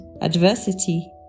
adversity